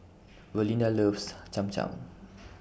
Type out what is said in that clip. Valinda loves Cham Cham